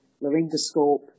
laryngoscope